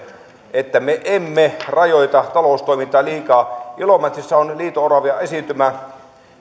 että me emme rajoita taloustoimintaa liikaa ilomantsissa on liito oravaesiintymä